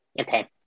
Okay